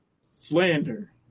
Slander